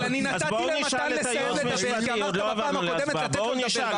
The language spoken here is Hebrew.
אבל אני נתתי למתן לסיים לדבר כי אמרת בפעם הקודמת לתת לו לדבר.